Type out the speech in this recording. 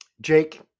Jake